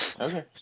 Okay